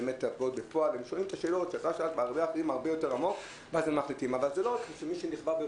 לא שזה לא הגיוני,